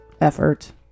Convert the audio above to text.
effort